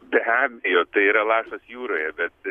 be abejo tai yra lašas jūroje bet